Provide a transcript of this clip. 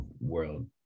world